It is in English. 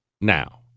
Now